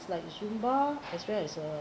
like zumba as well as uh